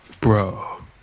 Bro